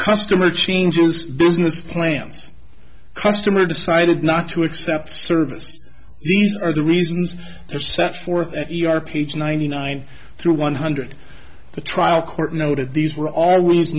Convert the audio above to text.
customer changing business plans customer decided not to accept service these are the reasons they're set for your page ninety nine through one hundred the trial court noted these were al